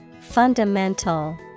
Fundamental